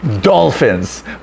dolphins